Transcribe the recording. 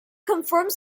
confirms